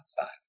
outside